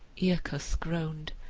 aeacus groaned,